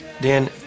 Dan